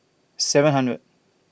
seven hundred